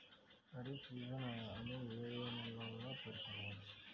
Kharif season అని ఏ ఏ నెలలను పేర్కొనవచ్చు?